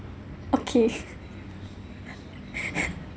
okay